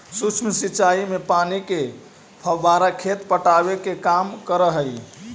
सूक्ष्म सिंचाई में पानी के फव्वारा खेत पटावे के काम करऽ हइ